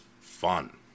fun